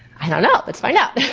i don't know, let's find out.